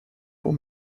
pour